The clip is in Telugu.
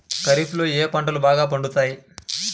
ఖరీఫ్లో ఏ పంటలు బాగా పండుతాయి?